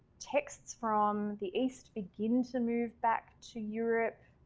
texts from the east begin to move back to europe